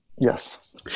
Yes